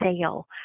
sale